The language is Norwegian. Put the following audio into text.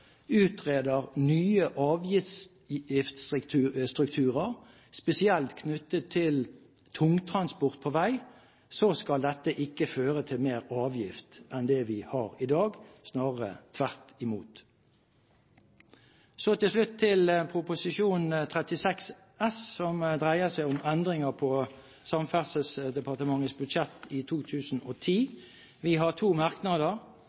utreder nye avgiftsstrukturer spesielt knyttet til tungtransport på vei, skal ikke det føre til mer avgift enn det vi har i dag, snarere tvert imot. Så til slutt til Prop. 36 S for 2010–2011, som dreier seg om endringer på Samferdselsdepartementets budsjett i 2010. Vi har to merknader.